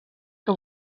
que